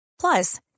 Plus